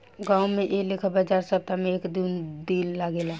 गांवो में ऐ लेखा बाजार सप्ताह में एक दू दिन लागेला